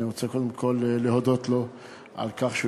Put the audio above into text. אני רוצה קודם כול להודות לו על כך שהוא